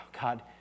God